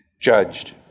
judged